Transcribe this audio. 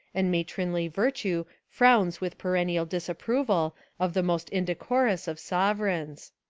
and matronly vir tue frowns with perennial disapproval of the most indecorous of sovereigns.